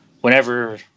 whenever